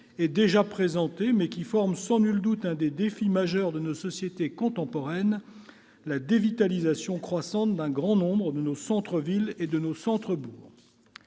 et a déjà été évoqué, mais qui constitue sans nul doute l'un des défis majeurs de nos sociétés contemporaines : la dévitalisation croissante d'un grand nombre de nos centres-villes et de nos centres-bourgs.